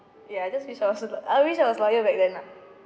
ya just I was lo~ I wish I was loyal back then lah